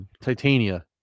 Titania